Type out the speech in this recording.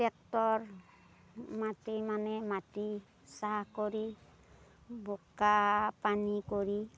tractor মাতি মানে মাটি চাহ কৰি বোকা পানী কৰি